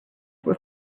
were